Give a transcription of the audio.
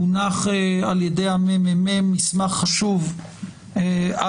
מונח על ידי מרכז המחקר והמידע מסמך חשוב על